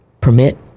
permit